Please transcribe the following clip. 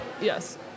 Yes